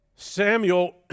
Samuel